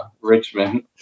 Richmond